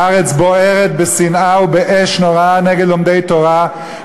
הארץ בוערת בשנאה ובאש נוראה נגד לומדי תורה.